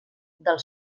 del